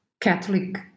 Catholic